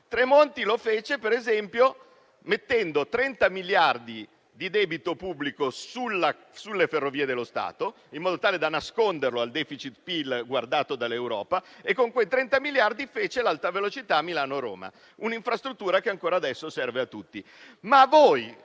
Tremonti lo fece, per esempio, mettendo 30 miliardi di debito pubblico sulle Ferrovie dello Stato, in modo tale da nascondere quelle somme al rapporto deficit-PIL guardato dall'Europa e con quei 30 miliardi fece l'Alta Velocità Milano-Roma, un'infrastruttura che ancora adesso serve a tutti.